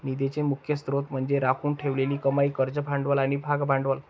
निधीचे मुख्य स्त्रोत म्हणजे राखून ठेवलेली कमाई, कर्ज भांडवल आणि भागभांडवल